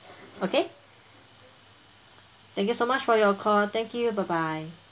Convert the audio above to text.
okay thank you so much for your call thank you bye bye